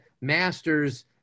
masters